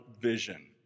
vision